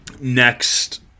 next